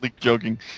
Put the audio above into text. joking